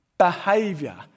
behavior